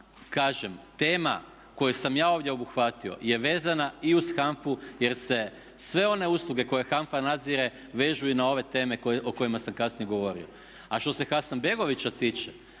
kažem tema koju sam ja ovdje obuhvatio je vezana i uz HANFA-u jer se sve one usluge koje HANFA nadzire vežu i na ove teme o kojima sam kasnije govorio. A što se Hasanbegovića tiče,